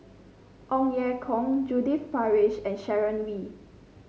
Ong Ye Kung Judith Prakash and Sharon Wee